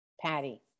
Patty